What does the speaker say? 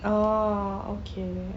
oh okay